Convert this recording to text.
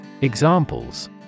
Examples